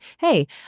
hey